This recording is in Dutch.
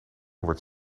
wordt